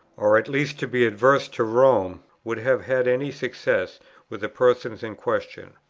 or at least to be adverse to rome, would have had any success with the persons in question.